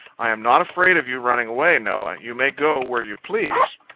i am not afraid of you running away, noah you may go where you please.